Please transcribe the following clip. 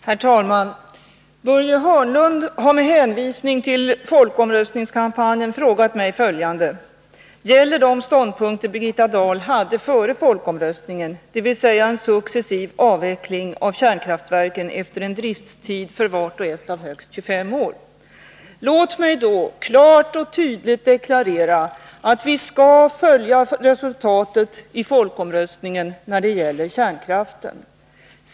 Herr talman! Börje Hörnlund har med hänvisning till folkomröstningskampanjen frågat mig följande: Gäller de ståndpunkter Birgitta Dahl hade före folkomröstningen, dvs. en successiv avveckling av kärnkraftverken efter en driftstid för vart och ett av högst 25 år? Låt mig då klart och tydligt deklarera att vi skall följa resultatet i folkomröstningen när det gäller kärnkraften.